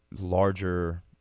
larger